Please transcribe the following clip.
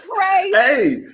hey